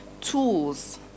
tools